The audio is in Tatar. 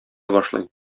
башлый